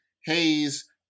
Hayes